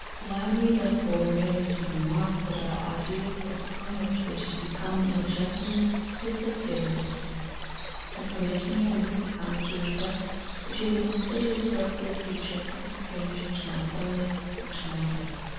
allow me, therefore, merely to remark that our ideas of the conduct which is becoming in a gentleman differ seriously and permit me on this account to request that you will consider yourself for the future as a stranger to my family and to myself.